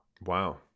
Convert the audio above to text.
Wow